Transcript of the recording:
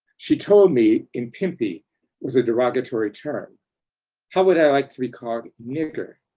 she told me impimpi was a derogatory term how would i like to be called nigger?